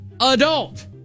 Adult